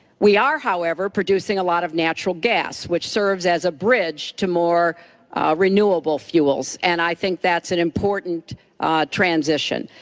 we are however producing a lot of natural gas that serves as a bridge to more renewable fuels and i think that's an important transition.